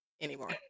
anymore